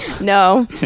No